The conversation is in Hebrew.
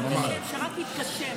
בעזרת השם, שרק יתגשם.